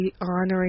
honoring